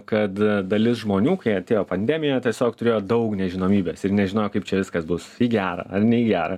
kad dalis žmonių kai atėjo pandemija tiesiog turėjo daug nežinomybės ir nežinojo kaip čia viskas bus į gera ar ne į gera